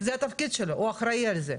זה התפקיד שלו, הוא אחראי על זה.